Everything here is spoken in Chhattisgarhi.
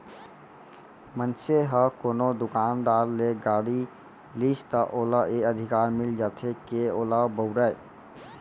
मनसे ह कोनो दुकानदार ले गाड़ी लिस त ओला ए अधिकार मिल जाथे के ओला बउरय